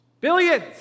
Billions